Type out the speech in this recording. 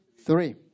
three